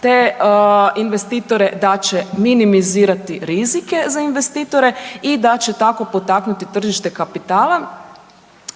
te investitore, da će minimizirati rizike za investitore i da će tako potaknuti tržište kapitala